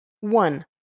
One